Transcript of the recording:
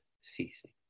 ceasing